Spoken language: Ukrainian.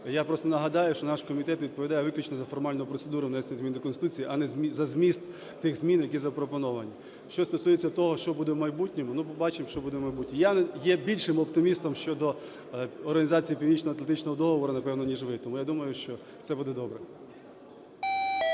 Я просто нагадаю, що наш комітет відповідає виключно за формальну процедуру внесення змін до Конституції, а не за зміст тих змін, які запропоновані. Що стосується того, що буде в майбутньому. Ну, побачимо, що буде в майбутньому. Я є більшим оптимістом щодо Організації Північноатлантичного договору, напевно, ніж ви. Тому я думаю, що все буде добре.